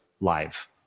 live